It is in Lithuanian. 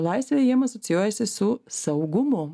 laisvė jiem asocijuojasi su saugumu